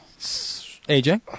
AJ